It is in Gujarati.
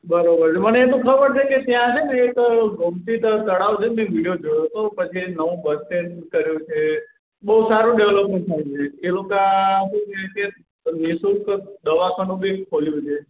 બરાબર છે મને એ તો ખબર છે કે ત્યાં છે ને એક ગોમતીધર તળાવ છે મેં વિડિઓ જોયો હતો પછી નવું બસ સ્ટેન્ડ કર્યું છે બહુ સારું ડેવલોપમેન્ટ થાય છે એ લોકો શું છે કે નિઃશુલ્ક દવાખાનું બી ખોલ્યું છે